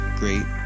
great